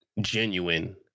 genuine